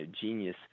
genius